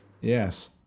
Yes